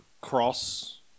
Cross